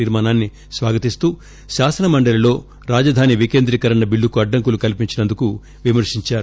తీర్మానాన్ని స్వాగతిస్తూ శాసన మండలిలో రాజధాని వికేంద్రీకరణ బిల్లుకు అడ్డంకులు కల్పించినందు విమర్పించారు